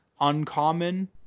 uncommon